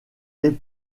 emma